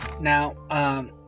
Now